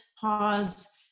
pause